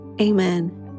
Amen